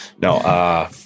No